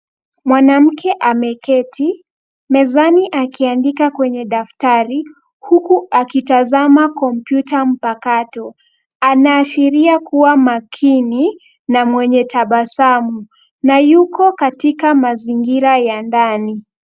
Mwanamke ameketi mezani akiandika kwenye daftari, huku akitazama kompyuta mpakato. Anaashiria kuwa makini na mwenye tabasamu, na yuko katika mazingira ya ndani.